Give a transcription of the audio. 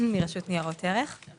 תקנות ניירות ערך (דוחות תקופתיים ומידיים) (תיקון),